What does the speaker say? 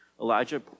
Elijah